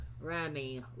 Remy